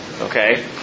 Okay